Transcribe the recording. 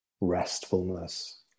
restfulness